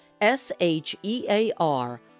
s-h-e-a-r